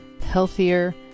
healthier